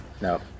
No